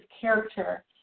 character